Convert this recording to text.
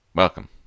Welcome